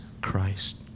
Christ